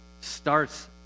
starts